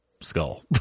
skull